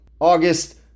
August